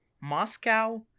Moscow